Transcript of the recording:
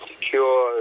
secure